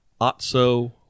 Otso